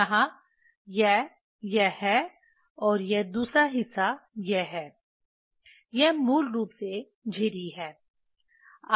यहाँ यह यह है और यह दूसरा हिस्सा यह है यह मूल रूप से झिरी है